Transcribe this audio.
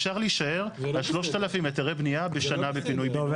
אפשר להישאר על 3,000 היתרי בנייה בשנה בפינוי בינוי.